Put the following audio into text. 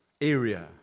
area